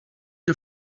you